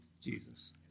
Jesus